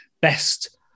best